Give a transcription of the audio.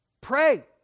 Pray